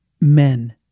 men